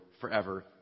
forever